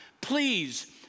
Please